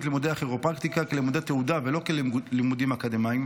לימודי הכירופרקטיקה כלימודי תעודה ולא כלימודים אקדמיים,